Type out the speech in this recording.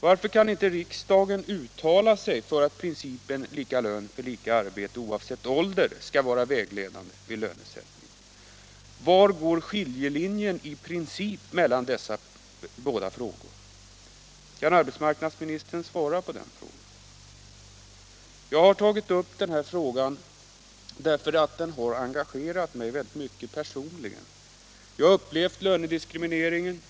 Varför kan inte riksdagen uttala sig för att principen lika lön för lika arbete oavsett ålder skall vara vägledande vid lönesättning? Var går skiljelinjen i princip mellan dessa båda frågor? Kan arbetsmarknadsministern svara på den frågan? Jag har tagit upp den här frågan därför att den har engagerat mig väldigt mycket personligen. Jag har upplevt lönediskrimineringen.